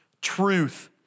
truth